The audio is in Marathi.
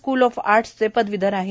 स्कूल ऑफ आर्टस्चे पदवीधर आहेत